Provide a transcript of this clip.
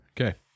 Okay